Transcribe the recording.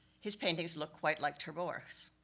his paintings look quite like ter borch's.